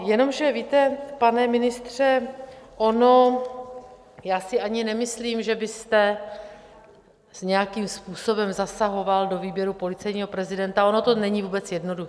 Jenomže víte, pane ministře, ono já si ani nemyslím, že byste nějakým způsobem zasahoval do výběru policejního prezidenta, ono to není vůbec jednoduché.